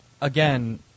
again